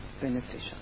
beneficial